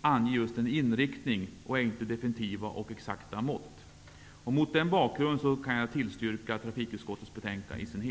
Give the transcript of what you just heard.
anger just en inriktning och är inte ett definitivt och exakt mått. Mot den bakgrunden yrkar jag bifall till hemställan i trafikutskottets betänkande.